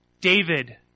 David